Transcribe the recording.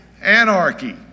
anarchy